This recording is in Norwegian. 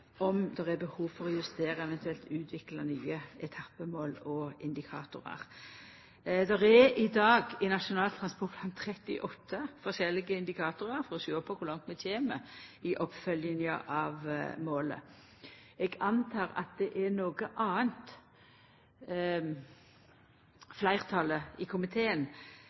om det er behov for å justera, eventuelt utvikla, nye etappemål og indikatorar. Det er i dag i Nasjonal transportplan 38 forskjellige indikatorar for å sjå på kor langt vi kjem i oppfølginga av målet. Eg trur det er noko anna fleirtalet i komiteen